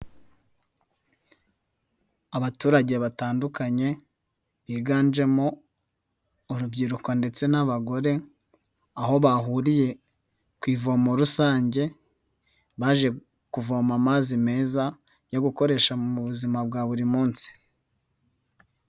Abaturage batandukanye biganjemo urubyiruko ndetse n'abagore, aho bahuriye ku ivomo rusange, baje kuvoma amazi meza yo gukoresha mu buzima bwa buri munsi.